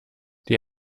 die